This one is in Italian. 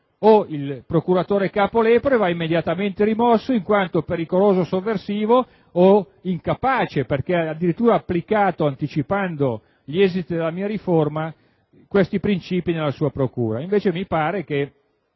o il procuratore capo Lepore va immediatamente rimosso in quanto pericoloso sovversivo o incapace perché ha addirittura applicato, anticipando gli esiti della mia riforma, questi princìpi nella sua procura. Invece mi pare che